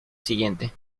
siguiente